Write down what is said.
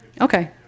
Okay